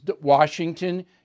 Washington